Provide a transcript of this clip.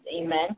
Amen